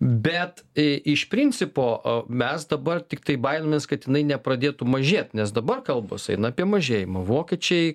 bet iš principo mes dabar tiktai baiminamės kad jinai nepradėtų mažėt nes dabar kalbos eina apie mažėjimą vokiečiai